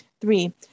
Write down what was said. Three